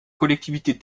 collectivités